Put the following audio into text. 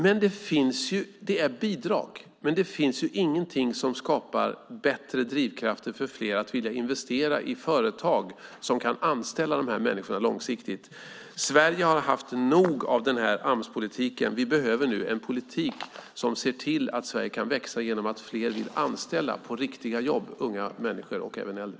Men det är bidrag, ingenting som skapar bättre drivkraft för fler att vilja investera i företag som kan anställa människor långsiktigt. Sverige har haft nog av den här Amspolitiken. Vi behöver en politik som gör att Sverige kan växa genom att fler vill anställa på riktiga jobb unga människor och även äldre.